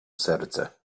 serce